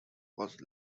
was